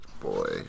boy